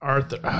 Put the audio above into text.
Arthur